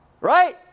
Right